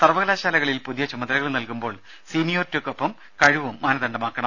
സർവകലാശാലകളിൽ പുതിയ ചുമതലകൾ നൽകുമ്പോൾ സീനിയോറിറ്റിക്കൊപ്പം കഴിവും മാനദണ്ഡമാക്കണം